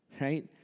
right